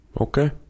Okay